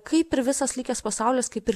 kaip ir visas likęs pasaulis kaip ir